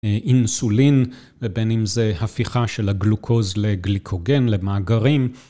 אינסולין, ובין אם זה הפיכה של הגלוקוז לגליקוגן, למאגרים.